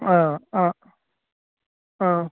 ஆ ஆ ஆ